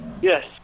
Yes